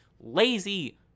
lazy